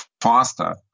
faster